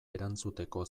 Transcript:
erantzuteko